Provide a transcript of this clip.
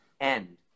end